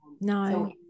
no